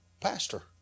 pastor